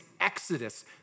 exodus